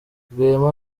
rwema